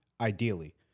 ideally